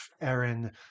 Aaron